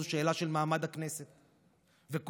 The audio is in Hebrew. זו שאלה של מעמד הכנסת וכוחה,